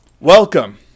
Welcome